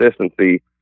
consistency